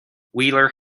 wheeler